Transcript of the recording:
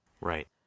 right